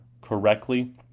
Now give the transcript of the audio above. correctly